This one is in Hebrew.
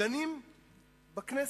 דנים בכנסת.